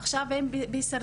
שעכשיו הם בהישרדות?